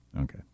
Okay